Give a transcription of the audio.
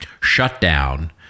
shutdown